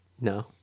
No